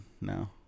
now